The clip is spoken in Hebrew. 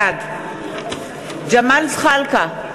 בעד ג'מאל זחאלקה,